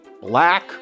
Black